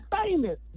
famous